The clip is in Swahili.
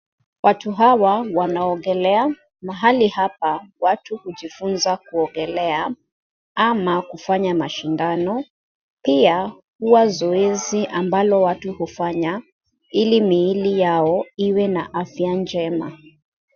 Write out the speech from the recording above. Watu hawa wanaogelea . Mahali hapa watu hujifunza kuogelea ama kufanya mashindano pia huwa zoezi ambalo watu hufanya ili miili yao iwe na afya njema.